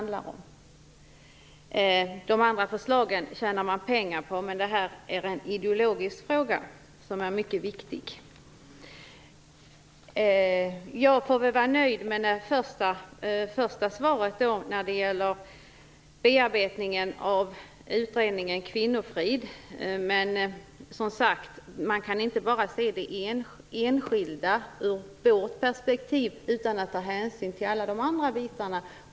De andra förslagen tjänar man pengar på, men det gäller här en mycket viktig ideologisk fråga. Jag får väl vara nöjd med det första beskedet om bearbetningen av utredningen Kvinnofrid. Man kan dock, som sagt, inte bara se till enskildheter, utan att ta hänsyn till alla de andra faktorerna.